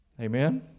Amen